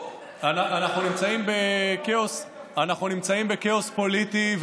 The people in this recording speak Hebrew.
אנחנו נמצאים בכאוס פוליטי,